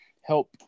help